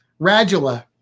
Radula